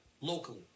locally